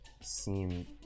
seem